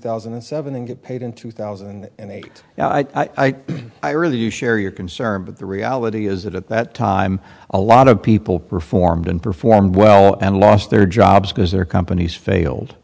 thousand and seven and get paid in two thousand and eight now i i really you share your concern but the reality is that at that time a lot of people performed and performed well and lost their jobs because their companies failed